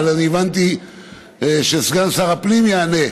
אבל הבנתי שסגן שר הפנים יענה.